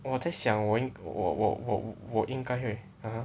我在想我应我我我应该会 (uh huh)